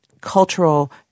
cultural